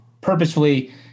purposefully